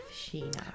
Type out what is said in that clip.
Sheena